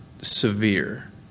severe